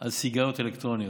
על סיגריות אלקטרוניות.